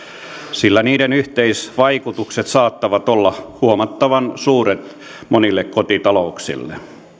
sillä niiden yhteisvaikutukset saattavat olla huomattavan suuret monille kotitalouksille